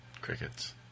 Crickets